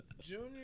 Junior